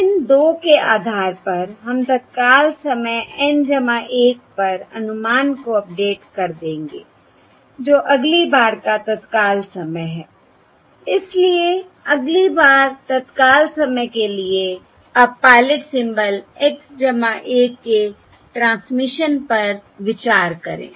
अब इन 2 के आधार पर हम तत्काल समय N 1 पर अनुमान को अपडेट कर देंगे जो अगली बार का तत्काल समय है इसलिए अगली बार तत्काल समय के लिए अब पायलट सिंबल x 1 के ट्रांसमिशन पर विचार करें